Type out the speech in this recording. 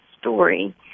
story